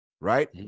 right